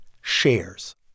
Shares